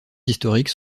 historiques